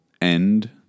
end